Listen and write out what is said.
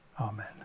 Amen